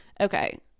okay